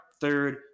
third